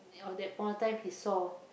on that point of time he saw